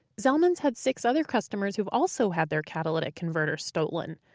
zelman's had six other customers who've also had their catalytic converters stolen.